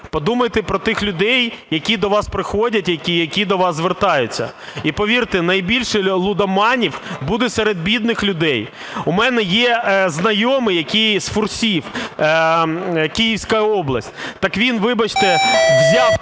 Подумайте про тих людей, які до вас приходять і які до вас звертаються, і повірте, найбільше лудоманів буде серед бідних людей. У мене є знайомий, який з Фурсів Київської області. Так він, вибачте, взяв